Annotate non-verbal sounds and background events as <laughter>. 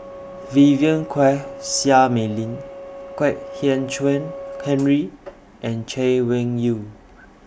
<noise> Vivien Quahe Seah Mei Lin Kwek Hian Chuan Henry and Chay Weng Yew